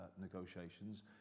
negotiations